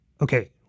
Okay